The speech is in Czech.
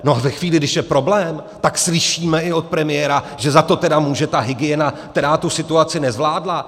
No a ve chvíli, když je problém, tak slyšíme i od premiéra, že za to tedy může ta hygiena, která tu situaci nezvládla.